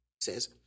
says